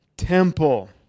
temple